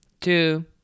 two